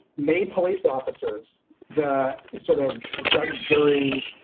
may police officers, the sort of judge, jury,